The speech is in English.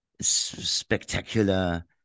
spectacular